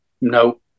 no